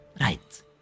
Right